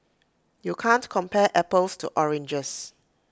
you can't compare apples to oranges